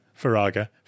Faraga